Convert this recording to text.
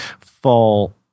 fall